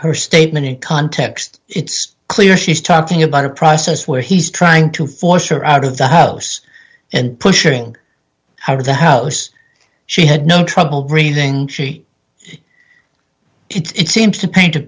her statement in context it's clear she's talking about a process where he's trying to force her out of the house and pushing the house she had no trouble breathing she it's seems to paint a